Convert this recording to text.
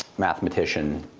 mathematician,